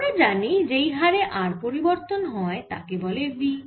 আমরা জানি যেই হারে r পরিবর্তন হয় তাকে বলে v